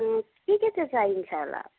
के के चाहिँ चाहिन्छ होला